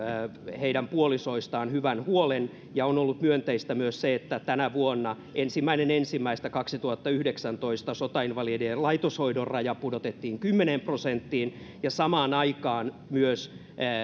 heidän puolisoistaan on ollut myönteistä myös se että tänä vuonna ensimmäinen ensimmäistä kaksituhattayhdeksäntoista sotainvalidien laitoshoidon haitta asteraja pudotettiin kymmeneen prosenttiin ja samaan aikaan on myös